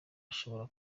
ashobora